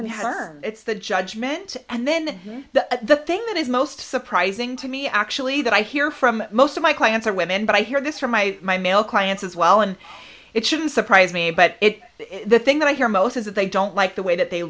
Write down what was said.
and it's the judgment and then the thing that is most surprising to me actually that i hear from most of my clients are women but i hear this from my my male clients as well and it shouldn't surprise me but it is the thing that i hear most is that they don't like the way that they